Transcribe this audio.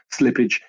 slippage